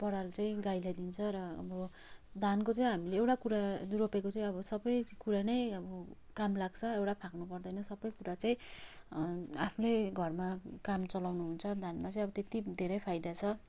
पराल चाहिँ गाईलाई दिन्छ र अब धानको चाहिँ हामीले एउटा कुरा रोपेको चाहिँ अब सबै कुरा नै अब काम लाग्छ एउटा फ्याँक्नु पर्दैन सबै कुरा चाहिँ आफ्नै घरमा काम चलाउनु हुन्छ धानमा चाहिँ अब त्यति धेरै फाइदा छ